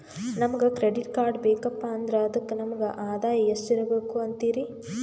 ನಮಗ credit card ಬೇಕಪ್ಪ ಅಂದ್ರ ಅದಕ್ಕ ನಮಗ ಆದಾಯ ಎಷ್ಟಿರಬಕು ಅಂತೀರಿ?